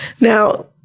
Now